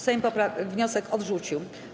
Sejm wniosek odrzucił.